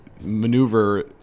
maneuver